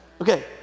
Okay